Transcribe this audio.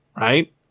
right